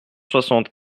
soixante